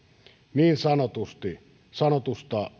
niin sanotusta